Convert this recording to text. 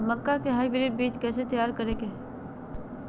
मक्का के हाइब्रिड बीज कैसे तैयार करय हैय?